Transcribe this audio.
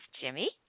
Jimmy